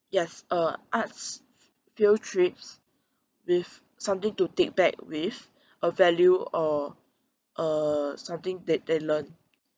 yes uh arts field trips with something to take back with a value or uh something that they learn